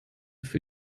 für